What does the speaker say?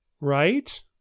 Right